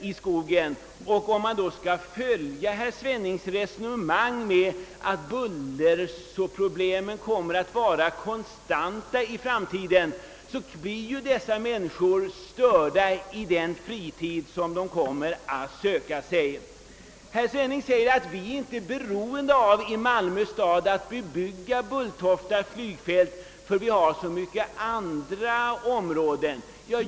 i omedelbar närhet av bokskogen, och om herr Svennings resonemang är riktigt att bullerproblemen kommer att vara konstanta i framtiden, så skulle människorna bli störda under sin fritid. Enligt herr Svenning är Malmö stad inte beroende av att omedelbart bebygga Bulltofta flygfält, eftersom staden har så många andra områden.